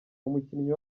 umukinnyi